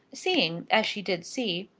seeing, as she did see,